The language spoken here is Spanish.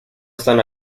están